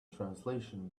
translation